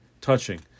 touching